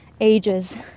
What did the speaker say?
ages